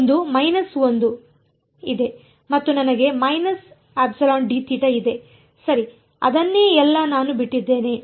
ಆದ್ದರಿಂದ ಒಂದು ಇದೆ ಮತ್ತು ನನಗೆ ಇದೆ ಸರಿ ಅದನ್ನೇ ಎಲ್ಲಾ ನಾನು ಬಿಟ್ಟಿದ್ದೇನೆ